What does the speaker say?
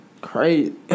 Crazy